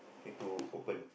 need to open